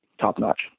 top-notch